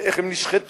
ואיך הם נשחטו,